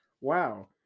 Wow